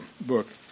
book